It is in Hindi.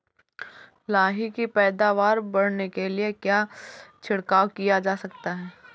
लाही की पैदावार बढ़ाने के लिए क्या छिड़काव किया जा सकता है?